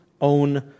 own